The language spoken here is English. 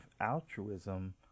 altruism